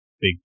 big